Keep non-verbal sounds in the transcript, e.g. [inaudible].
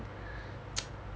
[noise]